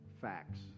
Facts